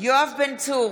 יואב בן צור,